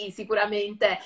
sicuramente